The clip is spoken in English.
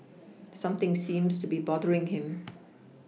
something seems to be bothering him